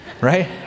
right